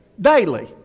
Daily